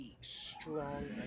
strong